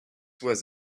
was